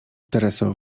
tereso